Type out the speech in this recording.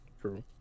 True